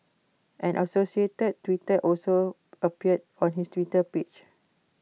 an associated tweet also appeared on his Twitter page